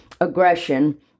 aggression